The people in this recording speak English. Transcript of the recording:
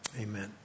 amen